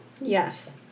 Yes